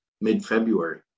mid-February